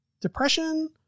depression